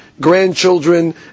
grandchildren